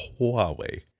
Huawei